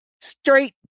Straight